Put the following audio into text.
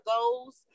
goals